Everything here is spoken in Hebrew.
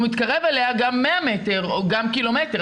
מתקרב אליה גם 100 מטר או גם קילומטר,